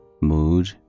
mood